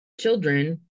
children